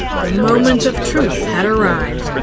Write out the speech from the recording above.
the moment of truth had arrived.